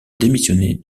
démissionner